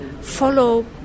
follow